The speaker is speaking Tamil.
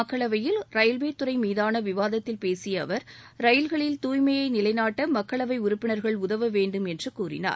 மக்களவையில் ரயில்வேதுறை மீதான விவாதத்தில் பேசிய அவர் ரயில்களில் தூய்மையை நிலைநாட்ட மக்களவை உறுப்பினர்கள் உதவ வேண்டும் என்று கூறினார்